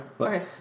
Okay